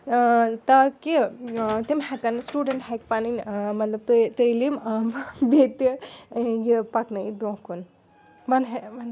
تاکہِ تِم ہٮ۪کَن سٹوٗڈَنٛٹ ہَکہِ پَنٕنۍ مطلب تعلیٖم بیٚیہِ تہِ یہِ پَکنٲیِتھ برٛونٛہہ کُن